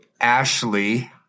Ashley